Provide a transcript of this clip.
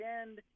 end